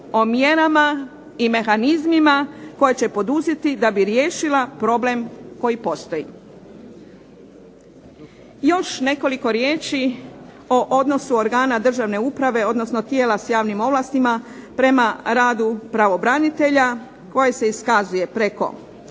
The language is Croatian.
o mjerama i mehanizmima koje će poduzeti da bi riješila problem koji postoji. Još nekoliko riječi o odnosu organa države uprave, odnosno tijela s javnim ovlastima prema radu pravobranitelja koje se iskazuje preko.